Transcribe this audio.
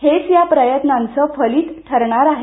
हेच या प्रयत्नांचं फलित ठरणार आहे